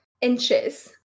inches